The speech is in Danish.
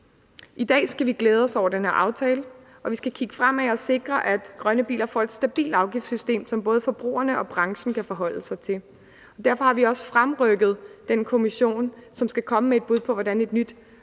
I dag skal vi glæde os over den her aftale, og vi skal kigge fremad og sikre, at grønne biler får et stabilt afgiftssystem, som både forbrugerne og branchen kan forholde sig til. Derfor har vi også fremrykket den kommission, som skal komme med et bud på, hvordan et nyt